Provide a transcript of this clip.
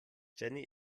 jenny